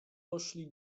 poszli